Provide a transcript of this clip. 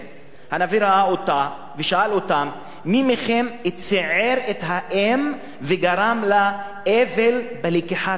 הנביא ראה אותה ושאל אותם: מי מכם ציער את האם וגרם לה אבל בלקיחת בניה?